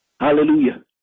Hallelujah